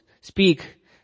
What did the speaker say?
speak